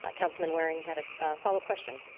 ah councilman waring had a follow-up question.